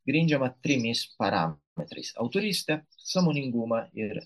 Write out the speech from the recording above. grindžiama trimis parametrais autoryste sąmoningumo ir